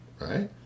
Right